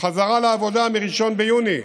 בחזרה לעבודה מ-1 ביוני,